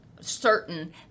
certain